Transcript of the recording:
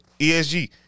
ESG